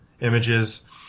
images